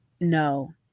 no